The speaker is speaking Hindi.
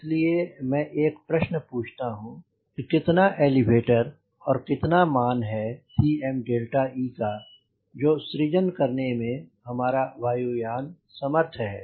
इसलिए मैं एक प्रश्न पूछता हूँ कि कितना एलीवेटर और कितना मान हैCme का जो सृजन करने में हमारा वायुयान समर्थ है